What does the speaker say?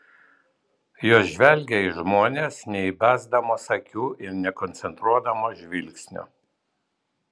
jos žvelgia į žmones neįbesdamos akių ir nekoncentruodamos žvilgsnio